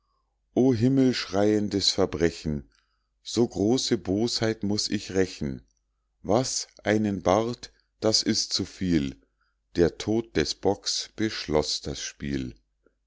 o himmelschreiendes verbrechen so große bosheit muß ich rächen was einen bart das ist zu viel der tod des bocks beschloß das spiel